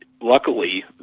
luckily